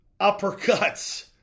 uppercuts